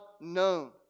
known